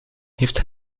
heeft